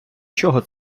чого